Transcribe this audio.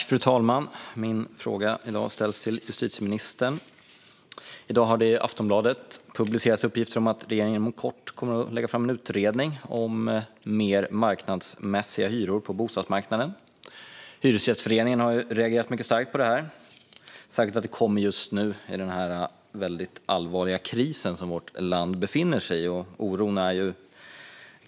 Fru talman! Min fråga i dag ställs till justitieministern. I dag har det i Aftonbladet publicerats uppgifter om att regeringen inom kort kommer att lägga fram en utredning om mer marknadsmässiga hyror på bostadsmarknaden. Hyresgästföreningen har reagerat mycket starkt på detta, särskilt att det kommer just nu under den mycket allvarliga kris som vårt land befinner sig i.